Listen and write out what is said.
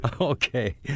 Okay